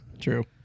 True